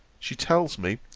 she tells me,